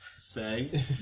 say